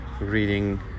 reading